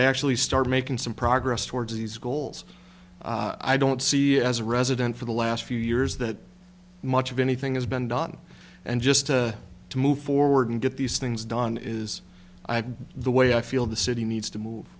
actually start making some progress towards these goals i don't see it as a resident for the last few years that much of anything has been don and just to move forward and get these things done is the way i feel the city needs to move